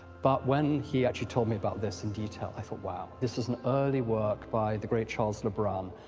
but when he actually told me about this in detail, i thought, wow. this is an early work by the great charles le brun.